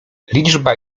liczba